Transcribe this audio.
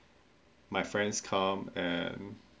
my friends come and